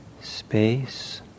space